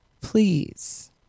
Please